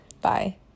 Bye